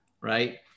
right